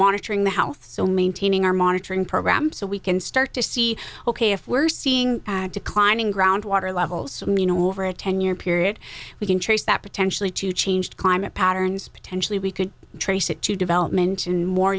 monitoring the house so maintaining our monitoring program so we can start to see ok if we're seeing declining groundwater levels you know over a ten year period we can trace that potentially to change climate patterns potentially we could trace it to development in more